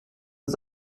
uns